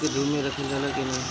फसल के धुप मे रखल जाला कि न?